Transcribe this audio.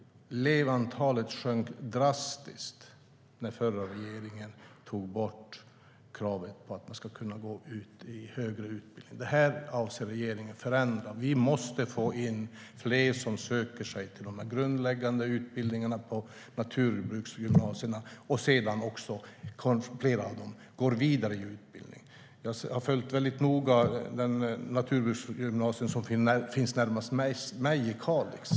Elevantalet sjönk drastiskt när den förra regeringen tog bort kravet på att man ska kunna gå vidare till högre utbildning. Det här avser regeringen att förändra. Vi måste få fler att söka sig till de grundläggande utbildningarna på naturbruksgymnasierna och sedan att fler av dem går vidare i utbildning. Jag har väldigt noga följt det naturbruksgymnasium som finns närmast mig, i Kalix.